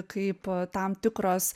kaip tam tikros